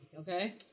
Okay